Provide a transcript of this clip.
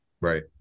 Right